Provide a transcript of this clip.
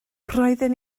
roedden